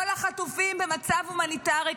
כל החטופים במצב הומניטרי קשה.